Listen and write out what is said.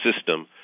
system